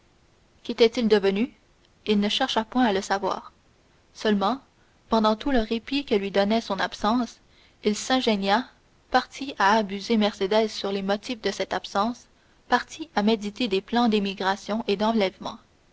qu'était-il devenu il ne chercha point à le savoir seulement pendant tout le répit que lui donnait son absence il s'ingénia partie à abuser mercédès sur les motifs de cette absence partie à méditer des plans d'émigration et d'enlèvement